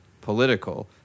political